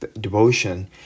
devotion